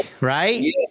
right